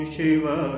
Shiva